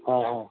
ହଁ ହଁ